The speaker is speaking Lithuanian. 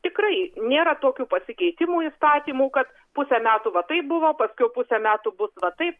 tikrai nėra tokių pasikeitimų įstatymų kad pusę metų va taip buvo paskiau pusę metų bus va taip